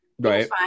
Right